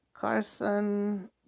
Carson